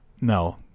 no